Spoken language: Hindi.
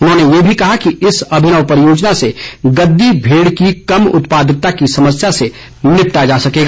उन्होंने ये भी कहा कि इस अभिनव परियोजना से गद्दी भेड़ की कम उत्पादकता की समस्या से निपटा जा सकेगा